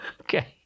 Okay